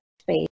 space